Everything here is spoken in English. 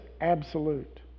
absolute